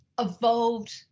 evolved